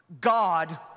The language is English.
God